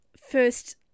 first